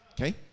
okay